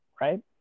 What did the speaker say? Right